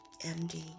MD